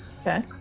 Okay